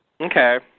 Okay